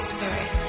Spirit